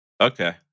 Okay